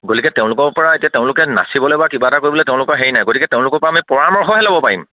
গতিকে তেওঁলোকৰ পৰা এতিয়া তেওঁলোকে নাচিবলে বা কিবা এটা কৰিবলে তেওঁলোকৰ হেৰি নাই গতিক তেওঁলোকৰ পৰা আমি পৰামৰ্শহে ল'ব পাৰিম